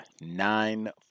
nine